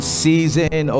season